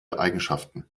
eigenschaften